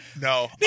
no